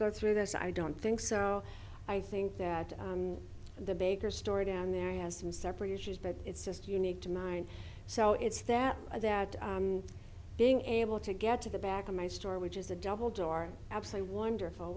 go through this i don't think so i think that the baker store down there has some separate issues but it's just unique to mine so it's that that being able to get to the back of my store which is a double door absolutely wonderful